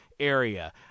area